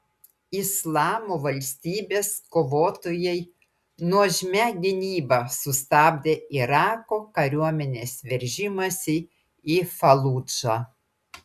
islamo valstybės kovotojai nuožmia gynyba sustabdė irako kariuomenės veržimąsi į faludžą